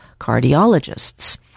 cardiologists